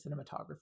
cinematography